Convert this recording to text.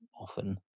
often